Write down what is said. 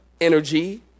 energy